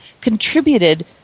contributed